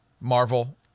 Marvel